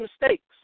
mistakes